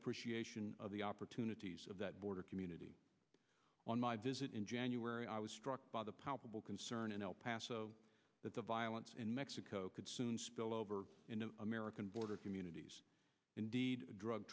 appreciation of the opportunities of that border community on my visit in january i was struck by the possible concern in el paso that the violence in mexico could soon spill over into american border communities indeed drug